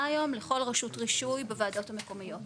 היום לכל רשות רישוי בוועדות המקומיות.